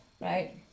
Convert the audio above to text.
right